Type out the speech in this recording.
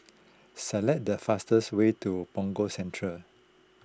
select the fastest way to Punggol Central